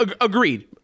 Agreed